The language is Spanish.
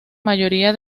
mayoría